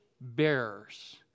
bearers